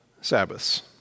Sabbaths